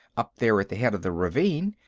up there at the head of the ravine,